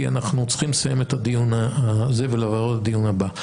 כי אנחנו צריכים לסיים את הדיון הזה ולעבור לדיון הבא,